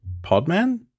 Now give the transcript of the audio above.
Podman